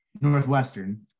Northwestern